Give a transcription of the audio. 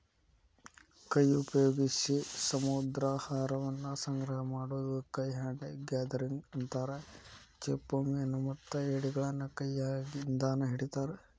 ಕೈ ಉಪಯೋಗ್ಸಿ ಸಮುದ್ರಾಹಾರವನ್ನ ಸಂಗ್ರಹ ಮಾಡೋದಕ್ಕ ಹ್ಯಾಂಡ್ ಗ್ಯಾದರಿಂಗ್ ಅಂತಾರ, ಚಿಪ್ಪುಮೇನುಮತ್ತ ಏಡಿಗಳನ್ನ ಕೈಯಿಂದಾನ ಹಿಡಿತಾರ